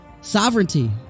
sovereignty